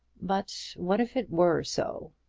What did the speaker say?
but what if it were so?